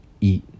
eat